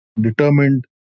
determined